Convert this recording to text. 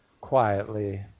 quietly